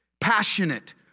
passionate